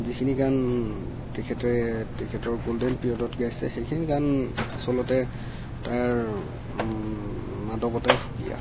যিখিনি গান তেখেতে তেখেতৰ গল্ডেন পিৰিয়ডত গাইছে সেইখিনি গান আচলতে তাৰ মাদকতাই সুকীয়া